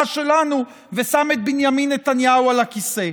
שלנו ושם את בנימין נתניהו על הכיסא.